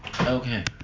Okay